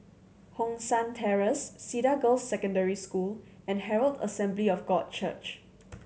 Hong San Terrace Cedar Girls' Secondary School and Herald Assembly of God Church